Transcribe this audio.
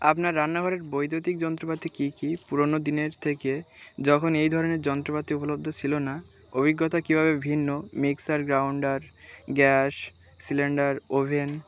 আপনার রান্নাঘরের বৈদ্যুতিক যন্ত্রপাতি কী কী পুরোনো দিনের থেকে যখন এই ধরনের যন্ত্রপাতি উপলব্ধ ছিলো না অভিজ্ঞতা কীভাবে ভিন্ন mixer grinder gas cylinder oven